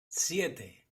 siete